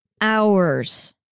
hours